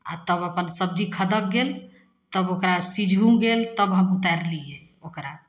आओर तब अपन सबजी खदकि गेल तब ओकरा सिझुओ गेल तब हम उतारलिए ओकरा